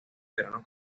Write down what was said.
veranos